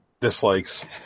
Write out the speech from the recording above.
dislikes